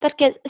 perché